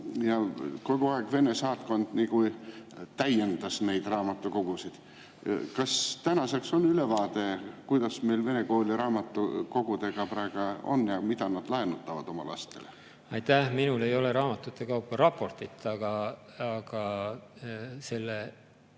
Ja kogu aeg Vene saatkond täiendas neid raamatukogusid. Kas tänaseks on ülevaade, kuidas meil vene kooli raamatukogudega praegu on ja mida nad laenutavad oma lastele? Aitäh! Minul ei ole raamatute kaupa raportit, aga selle